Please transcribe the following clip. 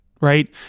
right